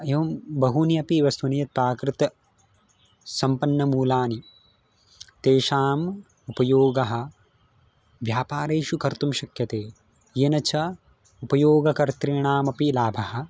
एवं बहूनि अपि वस्तूनि यत् प्राकृतसम्पन्नमूलानि तेषाम् उपयोगः व्यापारेषु कर्तुं शक्यते येन च उपयोगकर्तॄणामपि लाभः